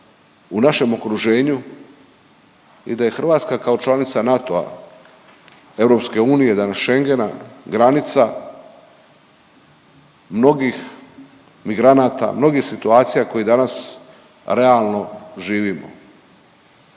u našem okruženju i da je Hrvatska kao članica NATO-a, EU, danas Schengena, granica mnogih migranata, mnogih situacija koje danas realno živimo.